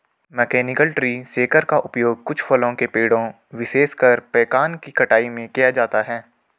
mechanical tree shaker का उपयोग कुछ फलों के पेड़ों, विशेषकर पेकान की कटाई में किया जाता है